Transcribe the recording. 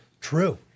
true